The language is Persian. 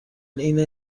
اینه